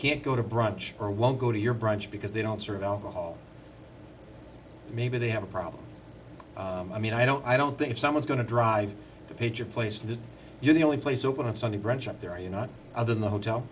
can't go to brunch or won't go to your brunch because they don't serve alcohol maybe they have a problem i mean i don't i don't think if someone's going to drive to page a place that you're the only place open on sunday brunch up there are you not other than the hotel